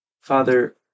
Father